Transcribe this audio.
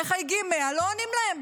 מחייגים 100, לא עונים להם,